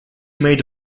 made